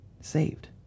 saved